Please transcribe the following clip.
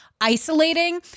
isolating